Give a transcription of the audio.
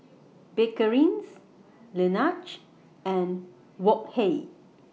Bakerzin Laneige and Wok Hey